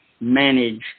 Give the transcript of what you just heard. manage